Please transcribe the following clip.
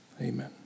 Amen